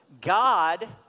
God